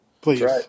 please